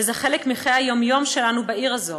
וזה חלק מחיי היומיום שלנו בעיר הזאת.